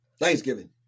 Thanksgiving